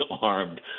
armed